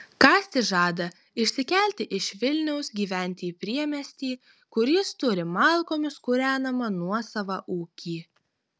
kastis žada išsikelti iš vilniaus gyventi į priemiestį kur jis turi malkomis kūrenamą nuosavą ūkį